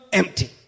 empty